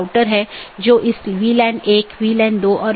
संदेश भेजे जाने के बाद BGP ट्रांसपोर्ट कनेक्शन बंद हो जाता है